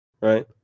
right